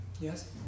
Yes